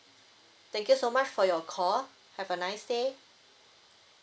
thank you so much for your call have a nice day